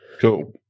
Cool